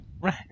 Right